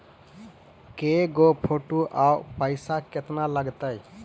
के गो फोटो औ पैसा केतना लगतै?